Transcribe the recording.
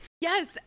Yes